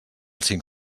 cinc